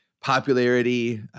popularity